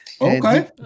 Okay